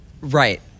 Right